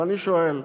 ואני שואל: